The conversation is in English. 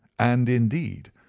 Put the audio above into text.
and, indeed,